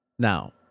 Now